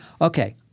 Okay